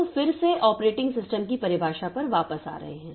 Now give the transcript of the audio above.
तो फिर से ऑपरेटिंग सिस्टम की परिभाषा पर वापस आ रहे हैं